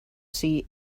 see